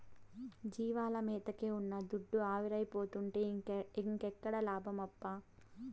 జీవాల మేతకే ఉన్న దుడ్డు ఆవిరైపోతుంటే ఇంకేడ లాభమప్పా